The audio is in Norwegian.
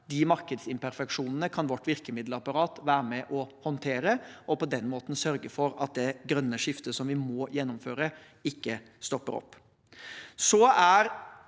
De markedsimperfeksjonene kan vårt virkemiddelapparat være med og håndtere, og på den måten sørge for at det grønne skiftet som vi må gjennomføre, ikke stopper opp.